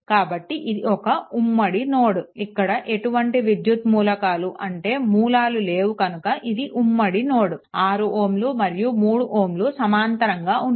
కాబట్టి ఇది ఒక ఉమ్మడి నోడ్ ఇక్కడ ఎటువంటి విద్యుత్ మూలకాలు అంటే మూలాలు లేవు కనుక ఇది ఉమ్మడి నోడ్ 6Ω మరియు 3Ω సమాంతరంగా ఉన్నాయి